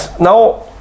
now